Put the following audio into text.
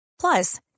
Plus